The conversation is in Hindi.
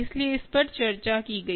इसलिए इस पर चर्चा की गई